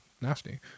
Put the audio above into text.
nasty